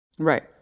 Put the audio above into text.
Right